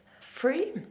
free